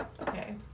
Okay